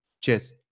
Cheers